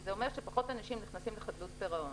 שזה אומר שפחות אנשים נכנסים לחדלות פירעון.